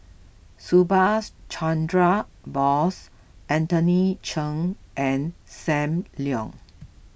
Subhas Chandra Bose Anthony Chen and Sam Leong